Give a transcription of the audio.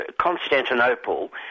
constantinople